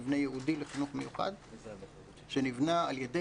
מבנה ייעודי לחינוך מיוחד שניבנה על ידי